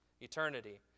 eternity